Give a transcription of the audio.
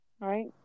right